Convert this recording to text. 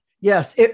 yes